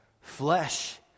flesh